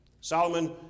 Solomon